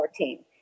2014